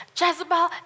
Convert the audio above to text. Jezebel